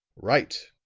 right,